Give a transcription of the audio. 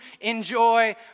enjoy